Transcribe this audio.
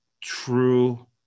true